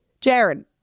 Jared